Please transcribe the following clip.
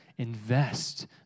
Invest